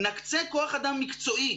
נקצה כוח-אדם מקצועי,